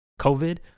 COVID